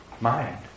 mind